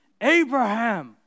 Abraham